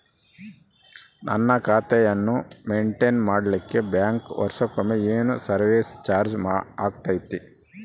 ನನ್ನ ಖಾತೆಯನ್ನು ಮೆಂಟೇನ್ ಮಾಡಿಲಿಕ್ಕೆ ಬ್ಯಾಂಕ್ ವರ್ಷಕೊಮ್ಮೆ ಏನು ಸರ್ವೇಸ್ ಚಾರ್ಜು ಹಾಕತೈತಿ?